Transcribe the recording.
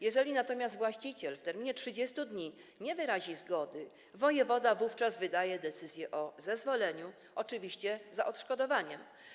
Jeżeli natomiast właściciel w terminie 30 dni nie wyrazi zgody, wojewoda wydaje decyzję o zezwoleniu, oczywiście za odszkodowaniem.